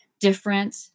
different